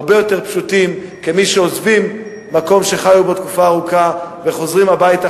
הרבה יותר פשוטים כמי שעוזבים מקום שחיו בו תקופה ארוכה וחוזרים הביתה,